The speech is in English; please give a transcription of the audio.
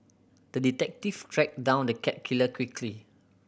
the detective tracked down the cat killer quickly